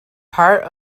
part